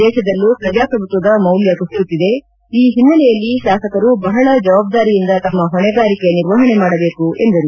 ದೇತದಲ್ಲೂ ಪ್ರಜಾಪ್ರಭುತ್ವದ ಮೌಲ್ಯ ಕುಸಿಯುತಿದೆ ಈ ಹಿನ್ನೆಲೆಯಲ್ಲಿ ಶಾಸಕರು ಬಹಳ ಜವಾಬ್ದಾರಿಯಿಂದ ತಮ್ಮ ಹೊಣೆಗಾರಿಕೆ ನಿರ್ವಹಣೆ ಮಾಡಬೇಕು ಎಂದರು